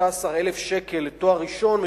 13,000 שקל לתואר ראשון,